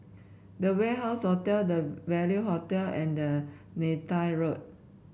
The Warehouse Hotel Value Hotel and Neythai Road